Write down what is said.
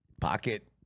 Pocket